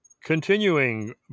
Continuing